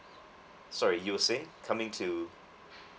sorry you're saying coming to